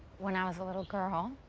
when i was a little girl,